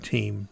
Team